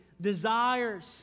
desires